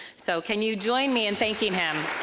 so can you join me in thanking him?